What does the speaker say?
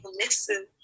listen